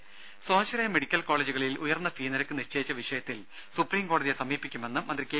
ദ്ദേ സ്വാശ്രയ മെഡിക്കൽ കോളേജുകളിൽ ഉയർന്ന ഫീ നിരക്ക് നിശ്ചയിച്ച വിഷയത്തിൽ സുപ്രീം കോടതിയെ സമീപിക്കുമെന്ന് മന്ത്രി കെ